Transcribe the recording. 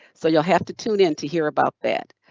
so you'll have to tune in to hear about that.